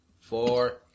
Four